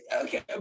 okay